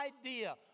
idea